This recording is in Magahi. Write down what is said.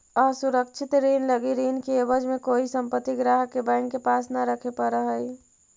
असुरक्षित ऋण लगी ऋण के एवज में कोई संपत्ति ग्राहक के बैंक के पास न रखे पड़ऽ हइ